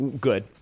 Good